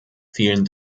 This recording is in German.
vielen